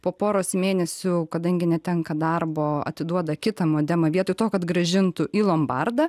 po poros mėnesių kadangi netenka darbo atiduoda kitą modemą vietoj to kad grąžintų į lombardą